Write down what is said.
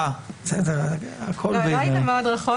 עורך הדין תום חביב,